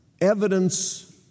evidence